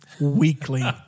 weekly